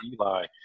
Eli